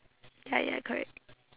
ya ya correct